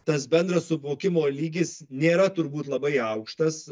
tas bendras suvokimo lygis nėra turbūt labai aukštas